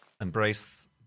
Embrace